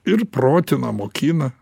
ir protina mokina